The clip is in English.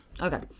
Okay